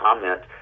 comment